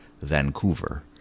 Vancouver